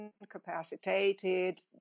incapacitated